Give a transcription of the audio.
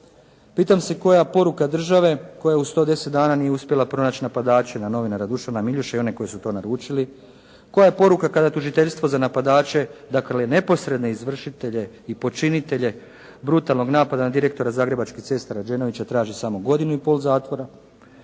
Pitam se koja je poruka države koja u 110 dana nije uspjela pronaći napadače na novinara Dušana Miljuša i one koji su to naručili. Koja je poruka kada tužiteljstvo za napadače, dakle neposredne izvršitelje i počinitelje brutalnog napada na direktora Zagrebačkih cesta Rađenovića traži samo godinu i pol zatvora